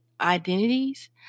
identities